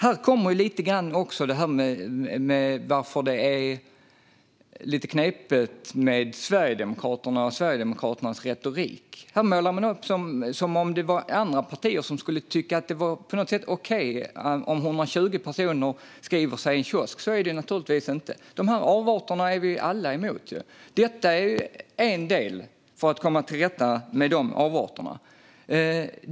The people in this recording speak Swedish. Här kommer vi också lite grann in på varför det är lite knepigt med Sverigedemokraterna och deras retorik. Man målar upp det som att andra partier skulle tycka att det på något sätt är okej om 120 personer skriver sig i en kiosk. Så är det naturligtvis inte. Dessa avarter är vi alla emot. Detta är en del i att komma till rätta med dem.